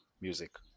music